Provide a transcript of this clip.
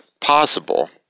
possible